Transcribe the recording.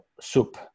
soup